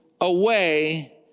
Away